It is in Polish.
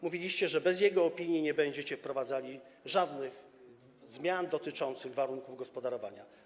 Mówiliście, że bez jego opinii nie będziecie wprowadzali żadnych zmian dotyczących warunków gospodarowania.